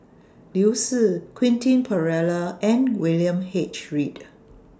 Liu Si Quentin Pereira and William H Read